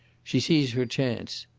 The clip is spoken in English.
she sees her chance.